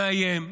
מאיים,